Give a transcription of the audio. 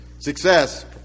Success